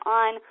on